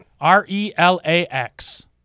R-E-L-A-X